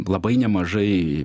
labai nemažai